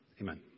Amen